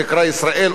או פלסטין,